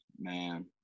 Man